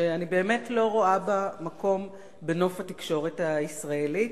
שאני באמת לא רואה בה מקום בנוף התקשורת הישראלית.